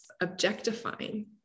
objectifying